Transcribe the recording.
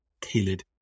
tailored